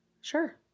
Sure